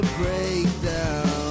breakdown